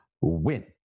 win